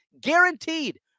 guaranteed